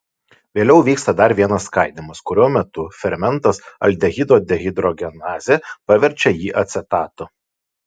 vėliau vyksta dar vienas skaidymas kurio metu fermentas aldehido dehidrogenazė paverčia jį acetatu